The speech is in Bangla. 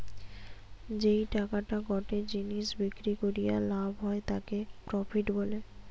যেই টাকাটা গটে জিনিস বিক্রি করিয়া লাভ হয় তাকে প্রফিট বলে